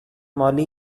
مالی